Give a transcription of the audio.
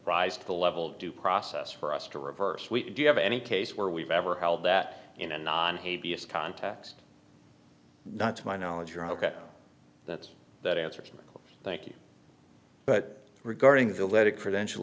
rise to the level of due process for us to reverse we do you have any case where we've ever held that in a non hey b s context not to my knowledge you're ok that that answers thank you but regarding the letter credential